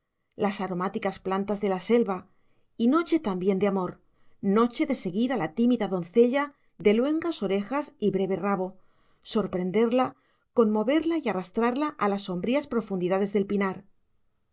las aromáticas plantas de la selva y noche también de amor noche de seguir a la tímida doncella de luengas orejas y breve rabo sorprenderla conmoverla y arrastrarla a las sombrías profundidades del pinar